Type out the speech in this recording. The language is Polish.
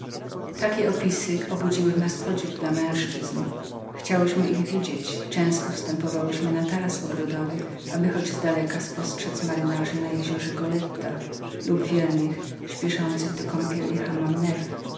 takowe opisy obudziły w nas ciekawość męzczyzn chciałyśmy ich widzieć i często wstępowałyśmy na taras ogrodowy aby choć z daleka spostrzedz majtków okrętowych lub wiernych śpieszących do kąpieli